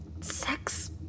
sex